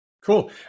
Cool